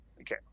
Okay